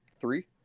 three